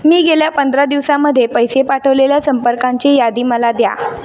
मी गेल्या पंधरा दिवसामध्ये पैसे पाठवलेल्या संपर्कांची यादी मला द्या